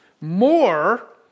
more